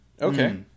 Okay